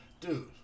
Dude